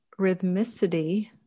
rhythmicity